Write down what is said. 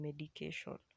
medication